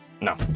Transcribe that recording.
No